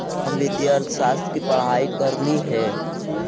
हम वित्तीय अर्थशास्त्र की पढ़ाई करली हे